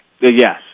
Yes